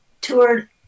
toured